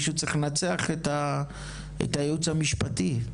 מישהו צריך לנצח את הייעוץ המשפטי.